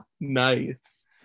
nice